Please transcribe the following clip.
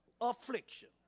affliction